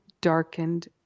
darkened